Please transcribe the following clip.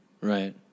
Right